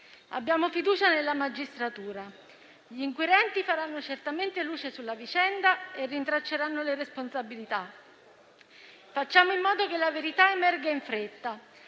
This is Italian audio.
Abbiamo fiducia nella magistratura. Gli inquirenti faranno certamente luce sulla vicenda e rintracceranno le responsabilità. Facciamo in modo che la verità emerga in fretta.